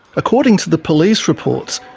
according to the police reports,